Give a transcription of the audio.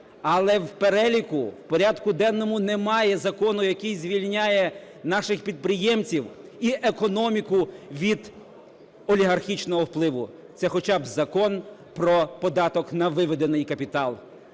але в переліку в порядку денному немає закону, який звільняє наших підприємців і економіку від олігархічного впливу. Це хоча б Закон про податок на виведений капітал.